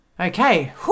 Okay